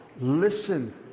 listen